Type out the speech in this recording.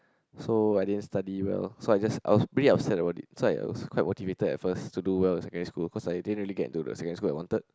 so I didn't study well so I just I was really upset about it so I was quite motivated at first to do well in secondary school cause I didn't really get into the secondary school I wanted